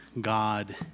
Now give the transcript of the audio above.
God